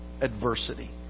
adversity